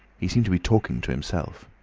he seemed to be talking to himself.